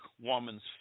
woman's